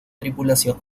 tripulación